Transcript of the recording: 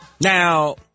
now